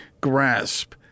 grasp